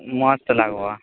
ମସ୍ତ୍ ଲାଗ୍ବା